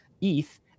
ETH